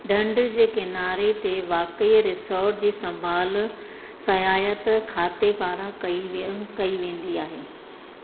ढंढु जे किनारे ते वाक़िअ रिसॉर्ट्स जी संभालु सयाहतु खाते पारां कई वे कई वेंदी आहे